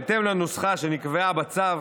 בהתאם לנוסחה שנקבעה בצו,